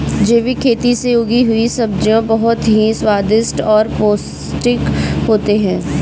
जैविक खेती से उगी हुई सब्जियां बहुत ही स्वादिष्ट और पौष्टिक होते हैं